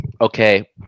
okay